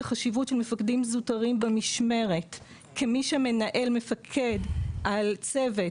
החשיבות של מפקדים זוטרים במשמרת כמי שמנהלים ומפקדים על צוות